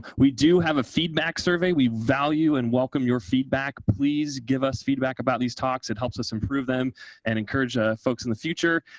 we do have a feedback survey. we value and welcome your feedback. please give us feedback about these talks. it helps us improve them and encourage folks in the future.